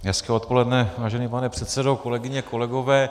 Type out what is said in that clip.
Hezké odpoledne, vážený pane předsedo, kolegyně, kolegové.